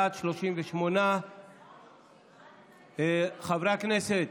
בעד, 38. חברי הכנסת,